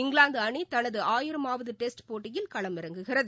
இங்கிலாந்துஅணிதனதுஆயிரமாவதுடெஸ்ட் போட்டியில் களமிறங்குகிறது